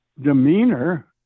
demeanor